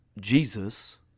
Jesus